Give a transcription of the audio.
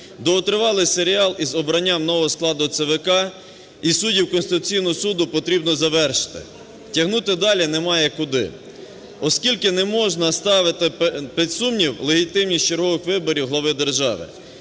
Довготривалий серіал з обранням нового складу ЦВК і суддів Конституційного Суду потрібно завершити. Тягнути далі немає куди. Оскільки не можна ставити під сумнів легітимність чергових виборів глави держави.